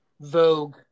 Vogue